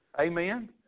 Amen